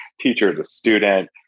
teacher-to-student